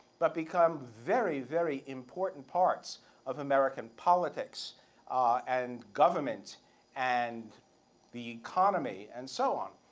but become very, very important parts of american politics and government and the economy and so on.